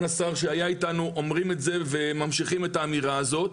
השר שהיה איתנו אומרים את זה וממשיכים את האמירה הזאת,